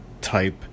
type